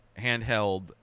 handheld